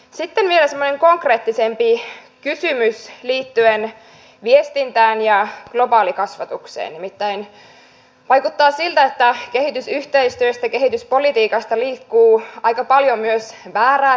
sitten vielä semmoinen konkreettisempi kysymys liittyen viestintään ja globaalikasvatukseen nimittäin vaikuttaa siltä että kehitysyhteistyöstä ja kehityspolitiikasta liikkuu aika paljon myös väärää tietoa